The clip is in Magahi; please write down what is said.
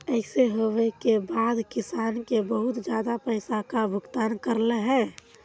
ऐसे होबे के बाद किसान के बहुत ज्यादा पैसा का भुगतान करले है?